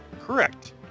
Correct